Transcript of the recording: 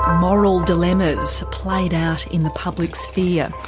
moral dilemmas played out in the public sphere.